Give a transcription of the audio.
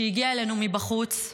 שהגיע אלינו מבחוץ במלחמה,